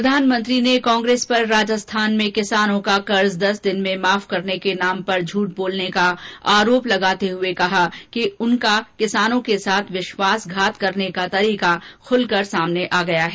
प्रधानमंत्री ने कांग्रेस पर राजस्थान में किसानों का दस दिन में कर्ज माफ करने के नाम पर झूठ बोलने का आरोप लगाते हुए कहा है कि उसका किसानों के साथ विश्वासघात करने का तरीका खुलकर सामने आ गया है